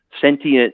sentient